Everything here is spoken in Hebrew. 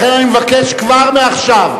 לכן אני מבקש כבר מעכשיו,